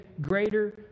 greater